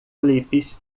clipes